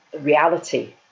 reality